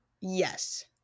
Yes